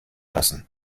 lassen